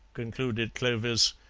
concluded clovis,